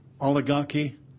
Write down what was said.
oligarchy